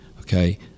okay